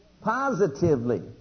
positively